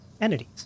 entities